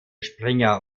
springer